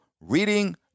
reading